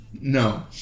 No